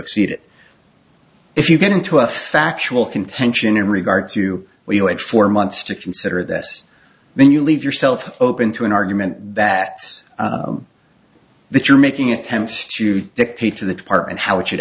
exceed it if you get into a factual contention in regard to where you went for months to consider this then you leave yourself open to an argument that says that you're making attempts to dictate to the department how it should